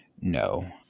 no